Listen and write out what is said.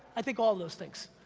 i think all of those things.